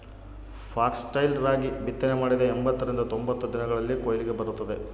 foxtail ರಾಗಿ ಬಿತ್ತನೆ ಮಾಡಿದ ಎಂಬತ್ತರಿಂದ ತೊಂಬತ್ತು ದಿನಗಳಲ್ಲಿ ಕೊಯ್ಲಿಗೆ ಬರುತ್ತದೆ